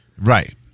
Right